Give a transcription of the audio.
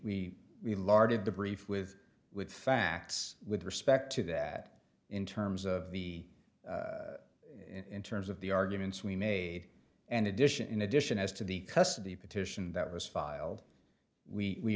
we re larded the brief with with facts with respect to that in terms of the in terms of the arguments we made and addition in addition as to the custody petition that was filed we